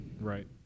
Right